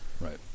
right